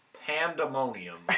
pandemonium